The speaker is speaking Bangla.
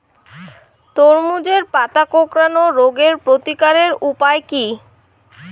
তরমুজের পাতা কোঁকড়ানো রোগের প্রতিকারের উপায় কী?